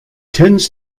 tends